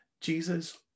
Jesus